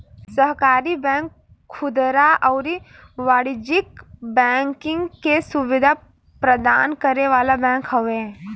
सहकारी बैंक खुदरा अउरी वाणिज्यिक बैंकिंग के सुविधा प्रदान करे वाला बैंक हवे